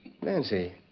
Nancy